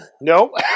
No